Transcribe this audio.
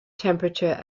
temperature